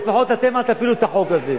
לפחות אתם אל תפילו את החוק הזה.